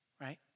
right